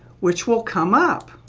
which will come up.